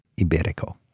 ibérico